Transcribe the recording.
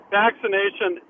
vaccination